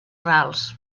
rals